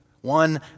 one